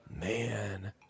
Man